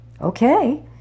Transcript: Okay